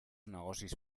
negocis